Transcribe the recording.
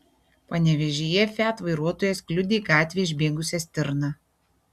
panevėžyje fiat vairuotojas kliudė į gatvę išbėgusią stirną